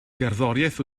gerddoriaeth